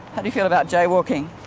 how do you feel about jaywalking?